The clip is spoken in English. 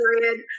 period